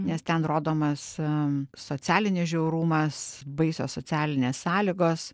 nes ten rodomas socialinis žiaurumas baisios socialinės sąlygos